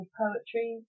poetry